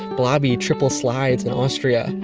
blobby triple slides in austria,